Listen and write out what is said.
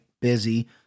Busy